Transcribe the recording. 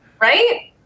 Right